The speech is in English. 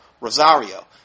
Rosario